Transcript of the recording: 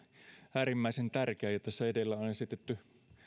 äärimmäisen tärkeä ja tässä edellä on esitetty